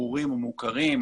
ברורים ומוכרים,